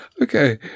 okay